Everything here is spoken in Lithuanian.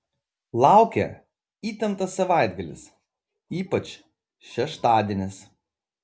laukia įtemptas savaitgalis ypač šeštadienis